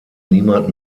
niemand